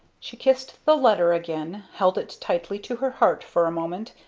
she kissed the letter again, held it tightly to her heart for a moment,